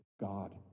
God